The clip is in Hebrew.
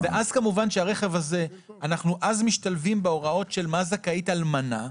אנחנו אז משתלבים בהוראות של מה זכאית אלמנה.